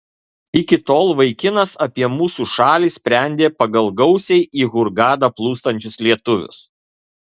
iki tol vaikinas apie mūsų šalį sprendė pagal gausiai į hurgadą plūstančius lietuvius